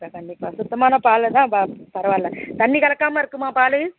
கண்டிப்பாக சுத்தமான பால்தான் பரவாயில்ல தண்ணி கலக்காமல் இருக்குமா பால்